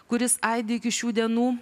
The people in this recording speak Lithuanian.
kuris aidi iki šių dienų